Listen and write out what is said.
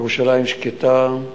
ירושלים שקטה.